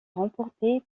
remporté